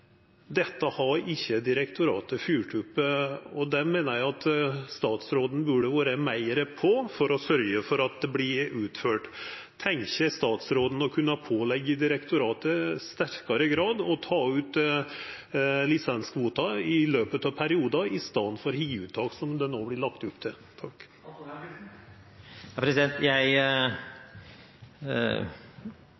Dette har ikkje direktoratet følgt opp, og der meiner eg statsråden burde vore meir på for å sørgja for at det vert utført. Tenkjer statsråden å kunna påleggja direktoratet i sterkare grad å ta ut lisenskvoten i løpet av perioden i staden for hiuttak, som det no vert lagt opp til?